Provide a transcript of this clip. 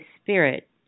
Spirit